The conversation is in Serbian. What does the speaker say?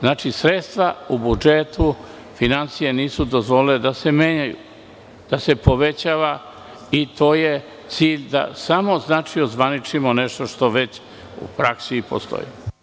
Znači, sredstva u budžetu, finansije nisu dozvolile da se menjaju, da se povećava i to je cilj, samo znači, da ozvaničimo nešto što već u praksi postoji.